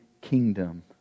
kingdom